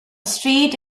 street